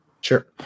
Sure